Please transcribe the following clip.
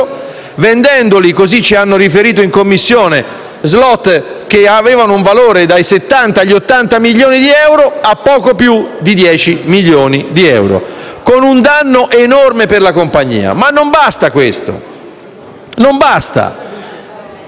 vendendo - così ci hanno riferito in Commissione - *slot* che avevano un valore dai 70 agli 80 milioni di euro a poco più di dieci milioni di euro, con un danno enorme per la compagnia. Ma non basta questo: non basta.